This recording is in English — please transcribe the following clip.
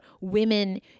women